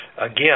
again